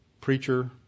preacher